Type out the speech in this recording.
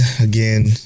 again